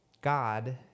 God